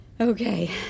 Okay